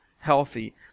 healthy